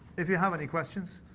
if you have any questions.